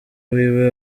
wiwe